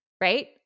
Right